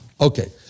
Okay